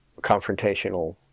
confrontational